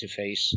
interface